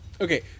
Okay